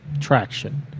traction